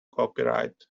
copyright